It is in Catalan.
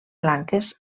blanques